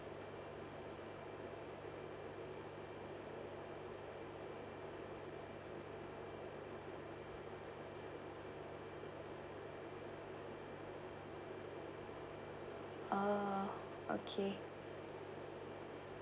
ah okay